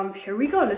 um here we go.